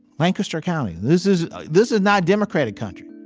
lancaster county. this is this is not democratic country.